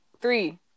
Three